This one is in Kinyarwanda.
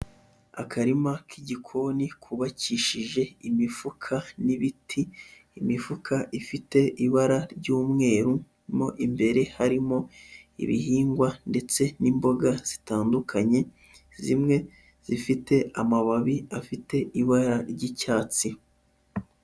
Akarima k'igikoni kubakishije imifuka n'ibiti, imifuka ifite ibara ry'umweru mo imbere harimo ibihingwa ndetse n'imboga zitandukanye, zimwe zifite amababi afite ibara ry'icyatsi.